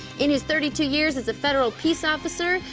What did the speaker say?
in his thirty two years as a federal peace officer,